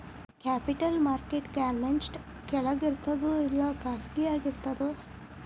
Capital market government ಕೆಳಗಿರ್ತದೋ ಇಲ್ಲಾ ಖಾಸಗಿಯಾಗಿ ಇರ್ತದೋ?